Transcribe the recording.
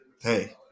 hey